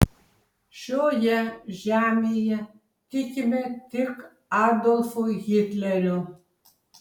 šioje žemėje tikime tik adolfu hitleriu